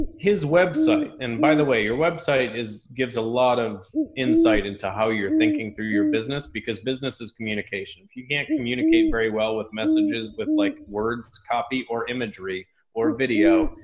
his website, and by the way, your website is, gives a lot of insight into how you're thinking through your business. because business is communication. if you can't communicate very well with messages, with like words, copy or imagery or video,